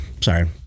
sorry